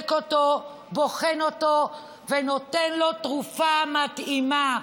בודק אותו, בוחן אותו ונותן לו תרופה מתאימה.